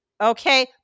Okay